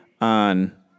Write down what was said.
on